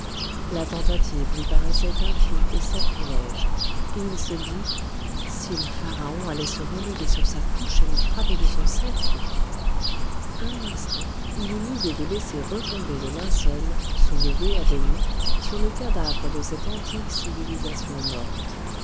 la tentative lui paraissait impie et sacrilège et il se dit si le pharaon allait se relever sur sa couche et me frapper de son sceptre un instant il eut l'idée de laisser retomber le linceul soulevé à demi sur le cadavre de cette antique civilisation morte